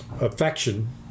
affection